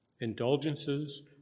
Indulgences